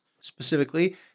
specifically